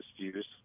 views